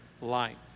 life